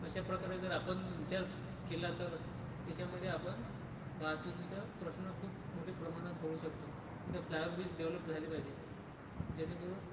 अशा प्रकारे जर आपण विचार केला तर याच्यामधे आपण वाहतुकीचा प्रश्न खूप मोठे प्रमाणात सोडवू शकतो इथं फ्लायर ब्रिज डेव्हलप झाले पाहिजेत जेणेकरून